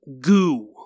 goo